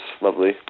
lovely